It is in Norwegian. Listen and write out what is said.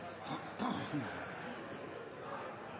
ha